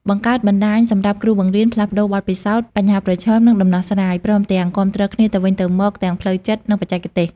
បង្កើតបណ្តាញសម្រាប់គ្រូបង្រៀនផ្លាស់ប្តូរបទពិសោធន៍ បញ្ហាប្រឈម និងដំណោះស្រាយ ព្រមទាំងគាំទ្រគ្នាទៅវិញទៅមកទាំងផ្លូវចិត្ត និងបច្ចេកទេស។